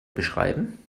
beschreiben